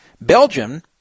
Belgium